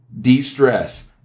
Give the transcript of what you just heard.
De-stress